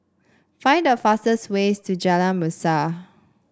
find the fastest way to Jalan Mesra